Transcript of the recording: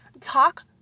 talk